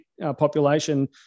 population